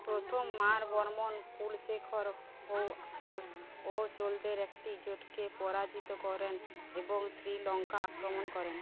প্রথম মারবর্মণ কুলশেখর হোয়সল ও চোলদের একটি জোটকে পরাজিত করেন এবং শ্রীলঙ্কা আক্রমণ করেন